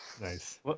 Nice